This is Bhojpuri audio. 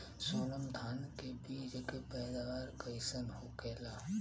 सोनम धान के बिज के पैदावार कइसन होखेला?